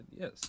yes